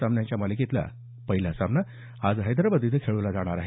सामन्यांच्या मालिकेतला पहिला सामना आज हैद्राबाद इथं खेळला जाणार आहे